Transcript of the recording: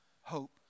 hope